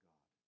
God